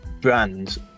brands